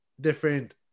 different